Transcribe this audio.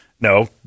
No